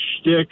shtick